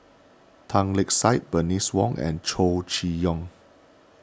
Tan Lark Sye Bernice Wong and Chow Chee Yong